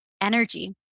energy